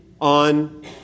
on